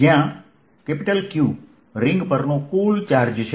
જ્યાં Q ring પરનો કુલ ચાર્જ છે